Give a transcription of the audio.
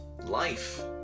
Life